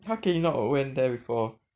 how can you not you went there before